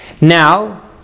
Now